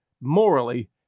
morally